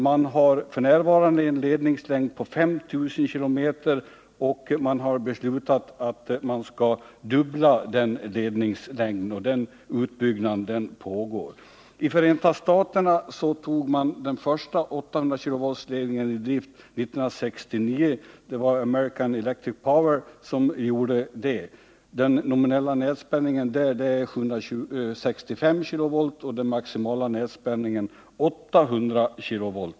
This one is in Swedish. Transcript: Man har f.n. en ledningslängd på 5 000 km, och man har beslutat att fördubbla denna ledningslängd. Den utbyggnaden pågår. I Förenta staterna togs den första 800-kV-ledningen i drift 1969 av American Electric Power. Den nominella nätspänningen är 765 kV, och den maximala nätspänningen är 800 kV.